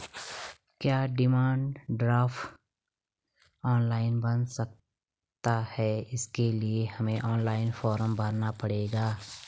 क्या demand draft online बन सकता है इसके लिए हमें ऑनलाइन फॉर्म भरना पड़ेगा?